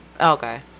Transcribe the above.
Okay